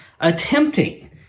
Attempting